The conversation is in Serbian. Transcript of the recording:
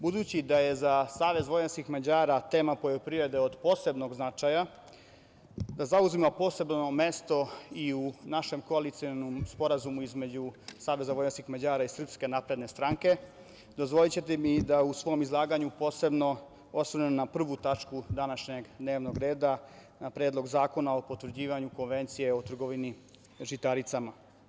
Budući da je za SVM tema poljoprivrede od posebnog značaja, da zauzima posebno mesto i u našem koalicionom sporazumu između SVM i SNS, dozvolićete mi da se u svom izlaganju posebno osvrnem na prvu tačku današnjeg dnevnog reda, na Predlog zakona o potvrđivanju Konvencije o trgovini žitaricama.